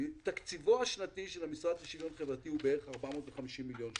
תקציבו השנתי של המשרד לשוויון חברתי הוא בערך 450 מיליון שקלים.